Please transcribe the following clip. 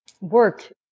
work